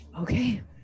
Okay